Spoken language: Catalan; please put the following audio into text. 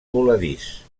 voladís